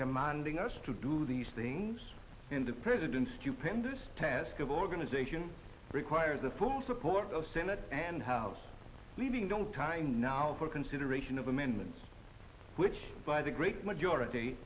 commanding us to do these things in the president's stupendous task of organization requires the full support of the senate and house leaving don't time now for consideration of amendments which by the great majority